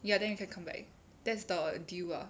ya then you can come back that's the deal ah